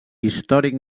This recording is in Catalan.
històric